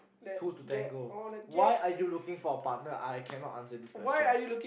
two to tangle why are you looking for a partner I cannot answer this question